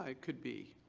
ah could be.